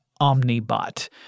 Omnibot